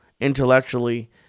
intellectually